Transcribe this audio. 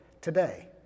today